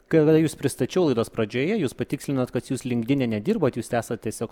kada jus pristačiau laidos pradžioje jūs patikslinot kad jūs linkdine nedirbat jūs esat tiesiog